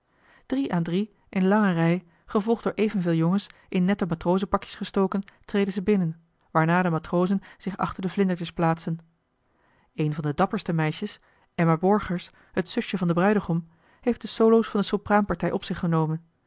drie aan drie in lange rij gevolgd door evenveel jongens in nette matrozenpakjes gestoken treden ze binnen waarna de matrozen zich achter de vlindertjes plaatsen een van de dapperste meisjes emma borgers het zusje van den bruidegom heeft de solo's van de sopraanpartij op zich genomen